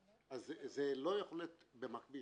אז זה לא יכול להיות במקביל.